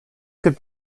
could